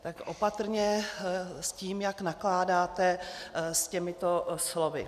Tak opatrně s tím, jak nakládáte s těmito slovy.